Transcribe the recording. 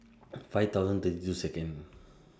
five thousand and thirty two Second